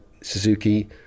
suzuki